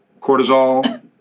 cortisol